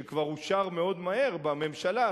שכבר אושר מהר מאוד בממשלה,